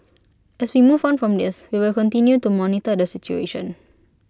as we move on from this we will continue to monitor the situation